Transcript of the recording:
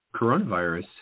Coronavirus